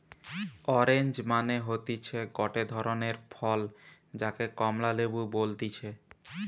orange মানে হতিছে গটে ধরণের ফল যাকে কমলা লেবু বলতিছে